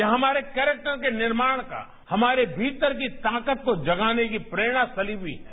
यहां हमारे कैरेक्टर के निर्माण का हमारे मीतर की ताकत को जगाने की प्रेरणा फैली हूई है